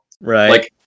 right